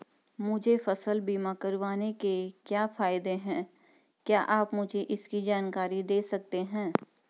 मुझे फसल बीमा करवाने के क्या फायदे हैं क्या आप मुझे इसकी जानकारी दें सकते हैं?